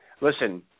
listen